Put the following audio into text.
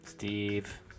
Steve